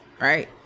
right